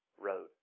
road